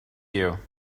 you